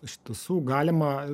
iš tiesų galima